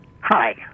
Hi